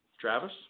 travis